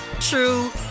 true